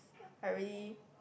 I really